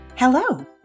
Hello